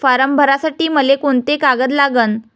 Form भरासाठी मले कोंते कागद लागन?